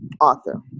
author